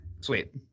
Sweet